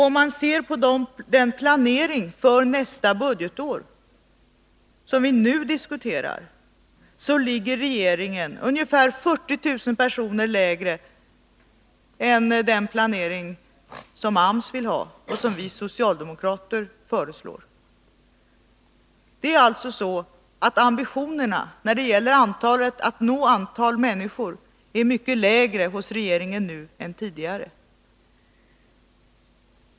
Om man ser på den planering för nästa budgetår, som vi nu diskuterar, så ligger regeringen ungefär 40 000 personer lägre än den planering som AMS vill ha och som vi socialdemokrater föreslår. Det är alltså så att ambitionerna när det gäller att nå människor är mycket lägre nu hos regeringen än tidigare.